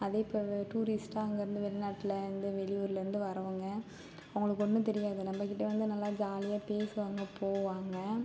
அதேபோல டூரிஸ்ட்டாக அங்கேருந்து வெளிநாட்டிலேருந்து வெளியூரிலேருந்து வரவங்க அவங்களுக்கு ஒன்றும் தெரியாது நம் கிட்ட வந்து நல்லா ஜாலியாக பேசுவாங்க போவாங்க